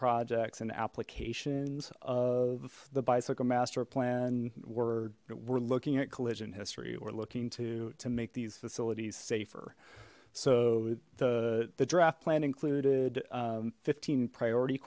projects and applications of the bicycle master plan were we're looking at collision history we're looking to to make these facilities safer so the the draft plan included fifteen priority